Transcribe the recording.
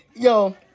Yo